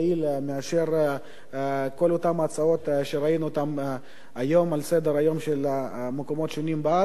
מכל אותן ההצעות שראינו היום על סדר-היום של מקומות שונים בארץ,